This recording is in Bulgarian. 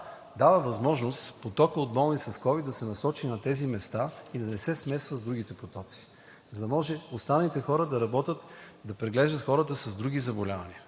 дава възможност потокът от болни с ковид да се насочи на тези места и да не се смесва с другите потоци, за да може останалите хора да работят, да преглеждат хората с други заболявания.